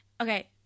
Okay